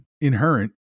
inherent